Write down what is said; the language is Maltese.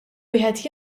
wieħed